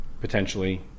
potentially